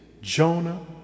Jonah